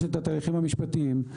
יש את התהליכים המשפטיים,